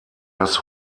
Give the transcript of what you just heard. das